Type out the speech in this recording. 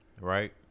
right